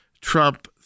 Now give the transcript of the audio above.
Trump